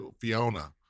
Fiona